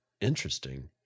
Interesting